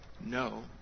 No